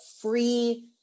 free